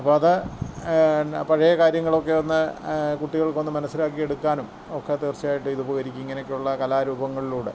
അപ്പോൾ അത് പഴയ കാര്യങ്ങളൊക്കെ ഒന്ന് കുട്ടികൾക്കൊന്നു മനസ്സിലാക്കിയെടുക്കാനും ഒക്കെ തീർച്ചയായിട്ടിതുപകരിക്കും ഇങ്ങനെയൊക്കെയുള്ള കലാരൂപങ്ങളിലൂടെ